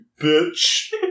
bitch